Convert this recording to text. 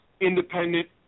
independent